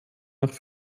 nach